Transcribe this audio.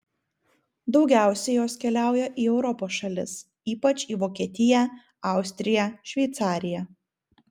daugiausiai jos keliauja į europos šalis ypač į vokietiją austriją šveicariją